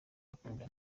bakundana